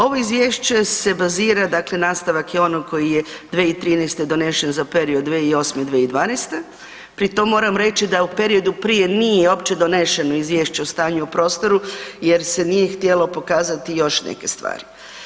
Ovo izvješće se bazira, dakle nastavak je onog koji je 2013. donesen za period 2008. – 2012. pri tom moram reći da u periodu prije nije uopće doneseno izvješće o stanju u prostoru jer se nije htjelo pokazati još neke stvari.